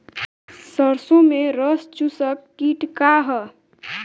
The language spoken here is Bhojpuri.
सरसो में रस चुसक किट का ह?